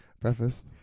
Breakfast